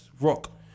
rock